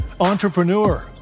entrepreneur